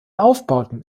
aufbauten